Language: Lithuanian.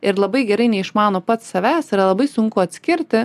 ir labai gerai neišmano pats savęs yra labai sunku atskirti